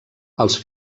els